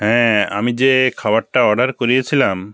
হ্যাঁ আমি যে খাবারটা অর্ডার করিয়েছিলাম